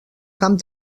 camp